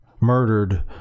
murdered